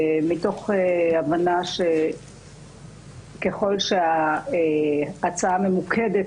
מתוך הבנה שככל שההצעה ממוקדת,